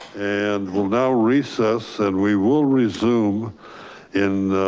and we'll now recess and we will resume in